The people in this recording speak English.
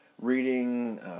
reading